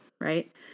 right